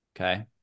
Okay